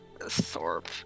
Thorpe